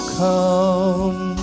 come